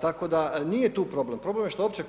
Tako da nije tu problem, problem je što uopće